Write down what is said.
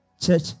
church